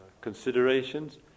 considerations